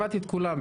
שמעתי את כולם.